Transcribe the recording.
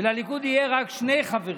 ולליכוד יהיו רק שני חברים.